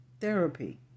therapy